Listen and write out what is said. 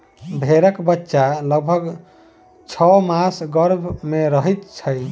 भेंड़क बच्चा लगभग छौ मास गर्भ मे रहैत छै